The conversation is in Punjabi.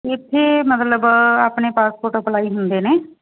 ਇੱਥੇ ਮਤਲਬ ਆਪਣੇ ਪਾਸਪੋਰਟ ਅਪਲਾਈ ਹੁੰਦੇ ਨੇ